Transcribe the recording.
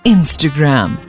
Instagram